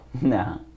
No